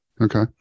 Okay